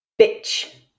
Bitch